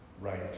right